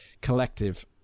collective